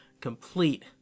complete